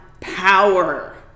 power